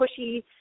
pushy